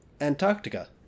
Antarctica